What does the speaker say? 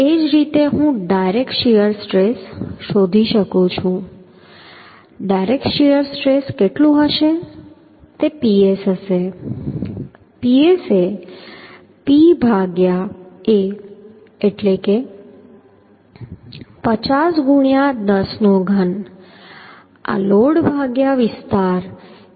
એ જ રીતે હું ડાયરેક્ટ શીયર સ્ટ્રેસ શોધી શકું છું ડાયરેક્ટ શીયર સ્ટ્રેસ કેટલું હશે તે Ps હશે Ps એ P ભાગ્યા a એટલે કે 50 ગુણ્યા 10 નો ઘન આ લોડ ભાગ્યા વિસ્તાર એ 400t છે